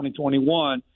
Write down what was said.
2021